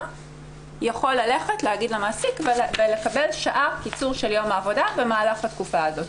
יכול להגיד למעסיק ולקבל שעה קיצור של יום העבודה במהלך התקופה הזאת.